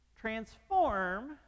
transform